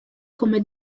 come